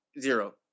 Zero